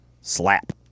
Slap